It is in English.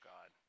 God